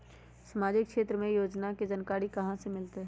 सामाजिक क्षेत्र के योजना के जानकारी कहाँ से मिलतै?